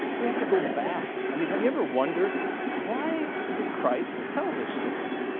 we have to go back. i mean have you ever wondered why did christ tell this story?